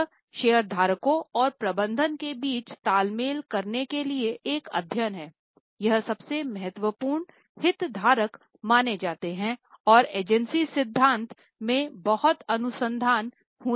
यह शेयरधारकों और प्रबंधन के बीच तालमेल करने के लिए एक अध्ययन हैयह सबसे महत्वपूर्ण हितधारक माने जाते है और एजेंसी सिद्धांत में बहुत अनुसंधान हुए है